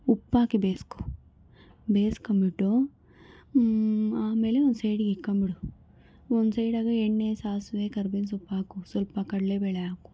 ಉಪ್ಪಾಕಿ ಬೇಯಿಸ್ಕೊ ಬೇಯಿಸ್ಕೊಂಬಿಟ್ಟು ಆಮೇಲೆ ಸೈಡ್ಗೆ ಇಕ್ಕೊಂಬಿಡು ಒಂದು ಸೈಡಾಗೆ ಎಣ್ಣೆ ಸಾಸಿವೆ ಕರ್ಬೇವು ಸೊಪ್ಪು ಹಾಕು ಸ್ವಲ್ಪ ಕಡ್ಲೆಬೇಳೆ ಹಾಕು